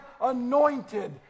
anointed